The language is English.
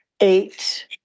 eight